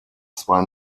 zwei